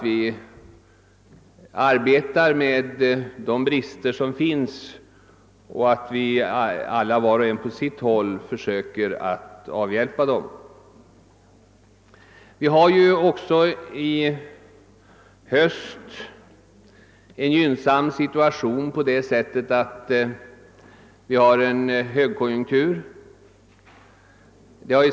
Vi arbetar alla, var och en på sitt håll, för att avhjälpa de brister som finns. Även i höst är situationen gynnsam så till vida att vi har en högkonjunktur.